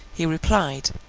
he replied,